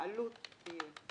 העלות תהיה.